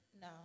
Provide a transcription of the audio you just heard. No